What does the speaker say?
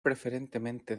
preferentemente